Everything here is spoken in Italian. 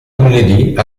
lunedì